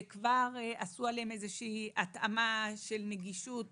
וכבר עשו עליהם איזה התאמה של נגישות